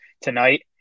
tonight